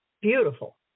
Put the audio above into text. beautiful